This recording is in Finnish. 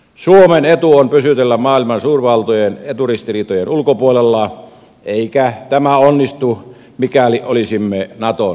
suomen etu on pysytellä maailman suurvaltojen eturistiriitojen ulkopuolella eikä tämä onnistu mikäli olisimme naton jäsen